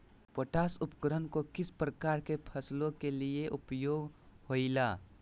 Potash उर्वरक को किस प्रकार के फसलों के लिए उपयोग होईला?